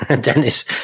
Dennis